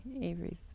Avery's